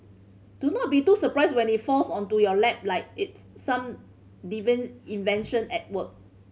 do not be too surprised when it falls onto your lap like it's some divine intervention at work